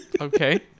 okay